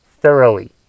thoroughly